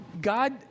God